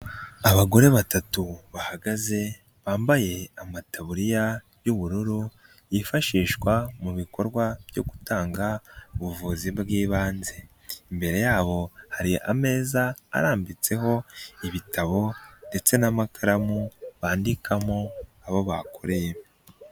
Abagore batatu bahagaze bambaye amataburiya y'ubururu yifashishwa mu bikorwa byo gutanga ubuvuzi bw'ibanze, imbere yabo hari ameza arambitseho ibitabo ndetse n'amakaramu bandikamo abo bakoreye.